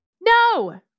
No